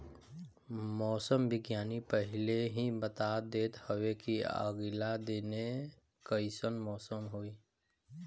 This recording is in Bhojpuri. मौसम विज्ञानी पहिले ही बता देत हवे की आगिला दिने कइसन मौसम होई